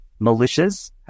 militias